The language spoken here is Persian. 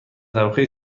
طبقه